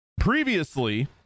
Previously